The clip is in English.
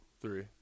Three